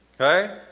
Okay